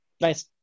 Nice